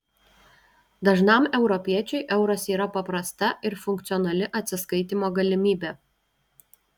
dažnam europiečiui euras yra paprasta ir funkcionali atsiskaitymo galimybė